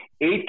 Eight